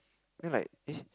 then like eh